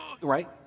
Right